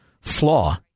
flaw